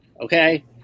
Okay